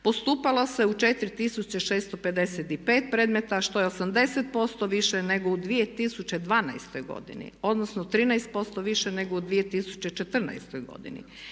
Postupalo se u 4655 predmeta što je 80% više nego u 2012.godini odnosno 13% više u 2014.godini.